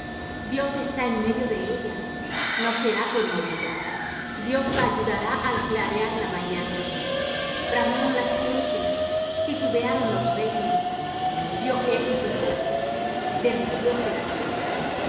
dios está en medio de ella no será conmovida dios la ayudará al clarear la mañana bramaron las gentes titubearon los reinos dió él su voz derritióse la tierra